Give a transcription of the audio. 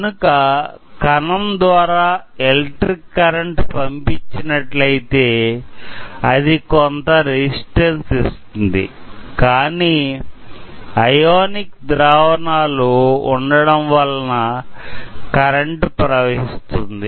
కనుక కణం ద్వారా ఎలక్ట్రిక్ కరెంటు పంపినట్లయితే అది కొంత రెసిస్టన్స్ ఇస్తుంది కానీ ఐయోనిక్ ద్రావణాలు ఉండడం వలన కరెంటు ప్రవహిస్తుంది